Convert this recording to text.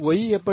Y எப்படி